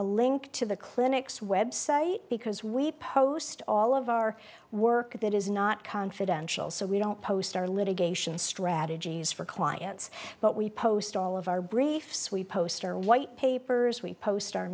a link to the clinic's website because we post all of our work that is not confidential so we don't post our litigation strategies for clients but we post all of our briefs we post our white papers we post